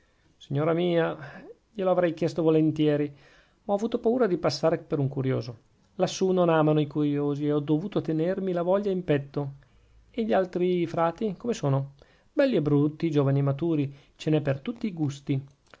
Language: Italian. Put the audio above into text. signora mia glie l'avrei chiesto volentieri ma ho avuto paura di passare per un curioso lassù non amano i curiosi e ho dovuto tenermi la voglia in petto e gli altri frati come sono belli e brutti giovani e maturi ce n'è per tutti i gusti